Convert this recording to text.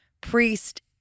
priest